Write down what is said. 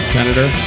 Senator